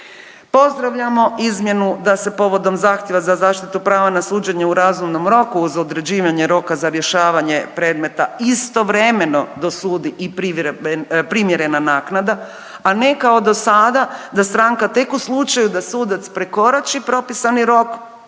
Pozdravljamo izmjenu da se povodom zahtjeva za zaštitu prava na suđenje u razumnom roku uz određivanje roka za rješavanje predmeta istovremeno dosudi i primjerena naknada, a ne kao do sada da stranka tek u slučaju da sudac prekorači propisani rok